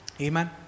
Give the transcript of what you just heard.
Amen